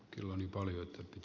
tilanne oli nyt